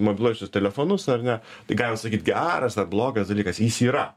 mobiluosius telefonus ar ne tai galim sakyt geras ar blogas dalykas jis yra